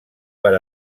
per